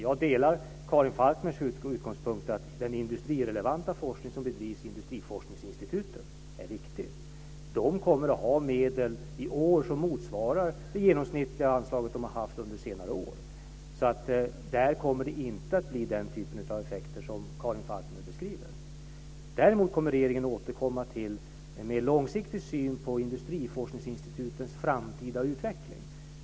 Jag delar Karin Falkmers utgångspunkt, dvs. att den industrirelevanta forskning som bedrivs vid industriforskningsinstituten är viktig. De kommer att ha medel i år som motsvarar det genomsnittliga anslag de har haft under senare år. Där kommer det inte att bli den typen av effekter som Karin Falkmer beskriver. Däremot kommer regeringen att återkomma till en mer långsiktig syn på industriforskningsinstitutens framtida utveckling.